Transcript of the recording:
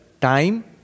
time